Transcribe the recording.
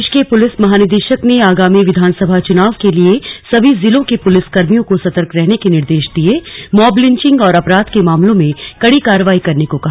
प्रदेश के पुलिस महानिदेशक ने आगामी विधानसभा चुनाव के लिए सभी जिलों के पुलिसकर्मियों को सतर्क रहने के निर्देश दियेमॉब लिंचिंग और अपराध के मामलों में कड़ी कार्रवाई करने को कहा